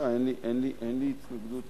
אין לי התנגדות